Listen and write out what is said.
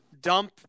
dump